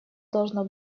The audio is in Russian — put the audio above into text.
должно